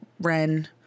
Ren